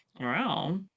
wow